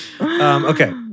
Okay